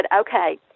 okay